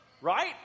Right